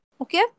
Okay